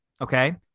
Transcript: Okay